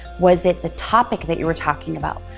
was it the topic that you were talking about?